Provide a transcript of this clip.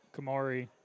Kamari